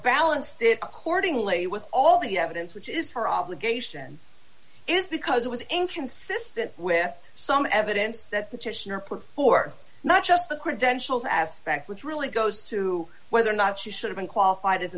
balanced it accordingly with all the evidence which is for obligation is because it was inconsistent with some evidence that puts forth not just the credentials aspect which really goes to whether or not she should've been qualified as